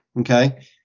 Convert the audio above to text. okay